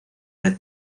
red